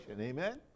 amen